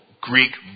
Greek